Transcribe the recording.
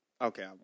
Okay